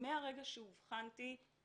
מרגע שאבחנו אותי